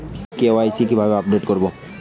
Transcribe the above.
KYC কিভাবে update করব?